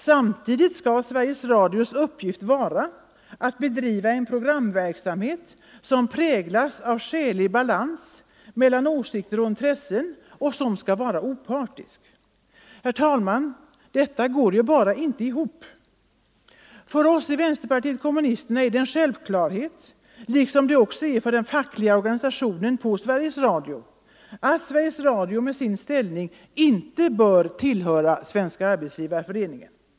Samtidigt skall Sveriges Radios uppgift vara att bedriva en programverksamhet som präglas av skälig balans mellan åsikter och intressen och som skall vara opartisk. Herr talman! Detta går ju bara inte ihop. För oss i vpk är det en självklarhet — liksom det är för den fackliga organisationen på Sveriges Radio — att Sveriges Radio med sin ställning inte bör tillhöra Svenska arbetsgivareföreningen.